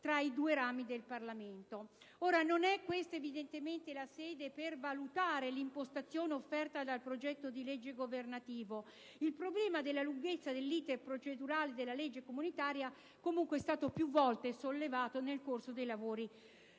tra i due rami del Parlamento. Non è questa la sede per valutare l'impostazione offerta dal progetto di legge governativo: il problema della lunghezza dell'*iter* procedurale della legge comunitaria, comunque, è stato più volte sollevato nel corso dei lavori